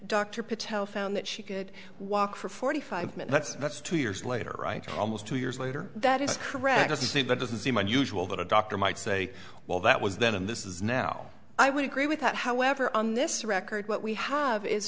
dr patel found that she could walk for forty five minutes that's two years later right almost two years later that is correct to say but doesn't seem unusual that a doctor might say well that was then and this is now i would agree with that however on this record what we have is